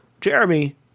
Jeremy